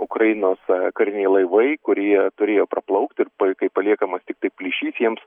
ukrainos kariniai laivai kurie turėjo praplaukti ir kai paliekamas tiktai plyšys jiems